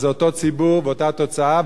אז זה אותו ציבור ואותה תוצאה.